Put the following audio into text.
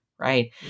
right